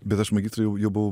bet aš magistrą jau jau buvau